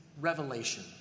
revelation